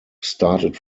started